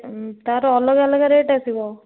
ତା'ର ଅଲଗା ଅଲଗା ରେଟ୍ ଆସିବ